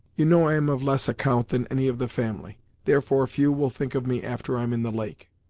you know i am of less account than any of the family therefore few will think of me after i'm in the lake.